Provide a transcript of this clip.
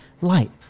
light